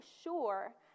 sure